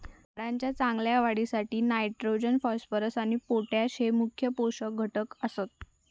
झाडाच्या चांगल्या वाढीसाठी नायट्रोजन, फॉस्फरस आणि पोटॅश हये मुख्य पोषक घटक आसत